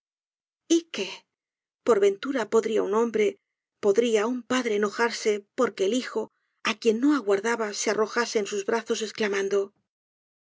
por ventura podria un hombre podría un padre enojarse porque el hijo á quien no aguardaba se arrojase en sus brazos esclamando